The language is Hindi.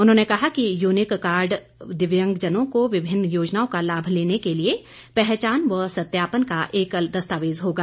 उन्होंने कहा कि यूनिक कार्ड दिव्यांगजनों को विभिन्न योजनाओं का लाभ लेने के लिए पहचान व सत्यापन का एकल दस्तावेज होगा